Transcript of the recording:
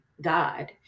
God